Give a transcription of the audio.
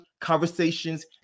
conversations